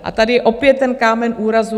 A tady je opět ten kámen úrazu.